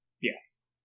Yes